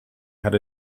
had